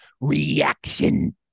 reaction